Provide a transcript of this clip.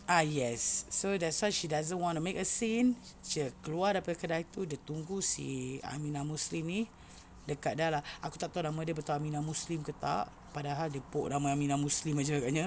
ah yes so that's why she doesn't want to make a scene dia keluar daripada kedai tu dia tunggu si Aminah Muslim ni dekat dah lah aku tak tahu nama dia betul Aminah Muslim ke tak padahal dia put Aminah Muslim aje agaknya